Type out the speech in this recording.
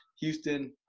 Houston